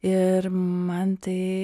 ir man tai